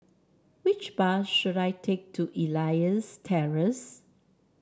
which bus should I take to Elias Terrace